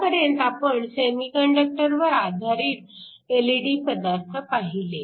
आतापर्यंत आपण सेमीकंडक्टरवर आधारित एलईडी पदार्थ पाहिले